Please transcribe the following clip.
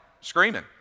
screaming